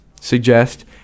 suggest